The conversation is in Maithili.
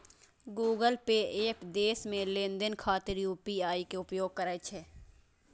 गूगल पे एप देश मे लेनदेन खातिर यू.पी.आई के उपयोग करै छै